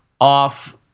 off